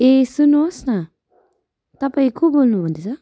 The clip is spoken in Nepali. ए सुन्नुहोस् न तपाईँको बोल्नु हुँदैछ